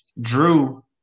Drew